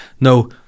No